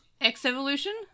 X-Evolution